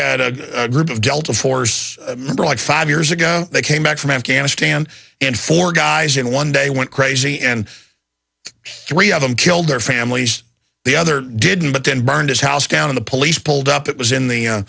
had a group of delta force like five years ago they came back from afghanistan and four guys in one day went crazy and three of them killed their families the other didn't but then burned his house down in the police pulled up it was in the